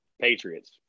Patriots